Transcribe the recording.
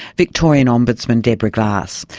victorian ombudsman deborah glass.